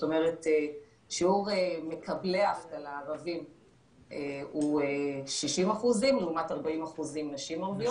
שיעור מקבלי האבטלה הערבים הוא 60% לעומת 40% נשים ערביות,